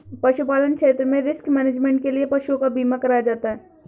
पशुपालन क्षेत्र में रिस्क मैनेजमेंट के लिए पशुओं का बीमा कराया जाता है